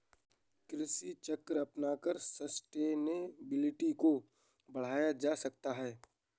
कृषि चक्र अपनाकर सस्टेनेबिलिटी को बढ़ाया जा सकता है